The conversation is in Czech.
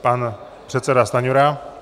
Pan předseda Stanjura.